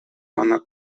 pana